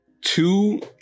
Two